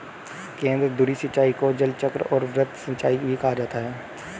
केंद्रधुरी सिंचाई को जलचक्र और वृत्त सिंचाई भी कहा जाता है